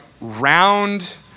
round